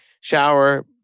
Shower